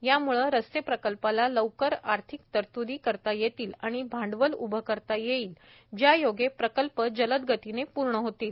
याम्ळे रस्ते प्रकल्पाला लवकर आर्थिक तरतूदी करता येतील आणि भांडवल उभे करता येईल ज्यायोगे प्रकल्प जलदगतीने पूर्ण होतील